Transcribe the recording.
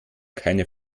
keine